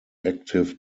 active